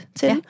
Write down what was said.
til